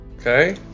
Okay